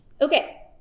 Okay